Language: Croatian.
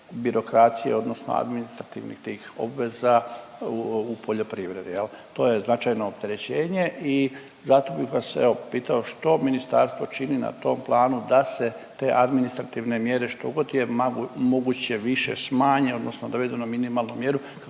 birokracije odnosno administrativnih tih obveza u poljoprivredi jel, to je značajno opterećenje i zato bih vas evo pitao što ministarstvo čini na tom planu da se te administrativne mjere što god je moguće više smanje odnosno dovedu na minimalnu mjeru